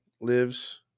lives